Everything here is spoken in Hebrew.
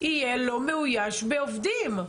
יהיה לא מאויש בעובדים.